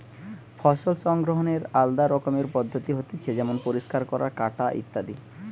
ফসল সংগ্রহনের আলদা রকমের পদ্ধতি হতিছে যেমন পরিষ্কার করা, কাটা ইত্যাদি